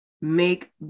make